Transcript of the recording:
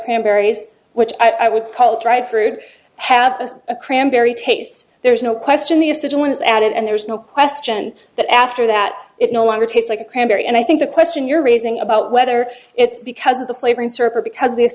cranberries which i would call it dried fruit have a cranberry taste there's no question the usage one is added and there's no question that after that it no longer tastes like a cranberry and i think the question you're raising about whether it's because of the flavoring server because th